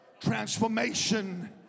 Transformation